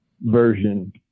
version